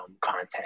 content